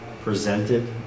presented